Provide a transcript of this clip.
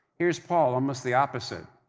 here's paul, almost the opposite,